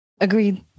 Agreed